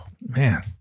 Man